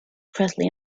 presley